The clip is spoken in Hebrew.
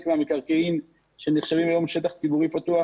מהמקרקעין שנחשבים היום שטח ציבורי פתוח,